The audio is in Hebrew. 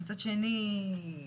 ומצד שני,